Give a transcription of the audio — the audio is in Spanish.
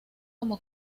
como